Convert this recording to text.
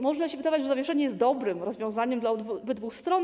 Może się wydawać, że zawieszenie jest dobrym rozwiązaniem dla obydwu stron.